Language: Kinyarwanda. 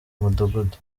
mudugudu